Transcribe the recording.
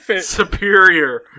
Superior